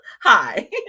Hi